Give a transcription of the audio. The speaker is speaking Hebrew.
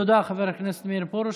תודה, חבר הכנסת מאיר פרוש.